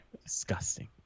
Disgusting